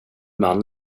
man